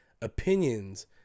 opinions